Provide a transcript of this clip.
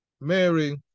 Mary